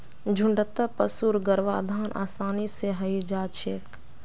झुण्डत पशुर गर्भाधान आसानी स हई जा छेक